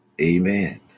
Amen